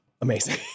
Amazing